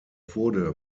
wurde